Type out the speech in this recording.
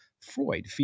Freud